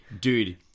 Dude